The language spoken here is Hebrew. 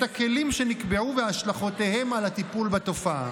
הכלים שנקבעו והשלכותיהם על הטיפול בתופעה.